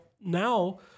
now